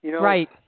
Right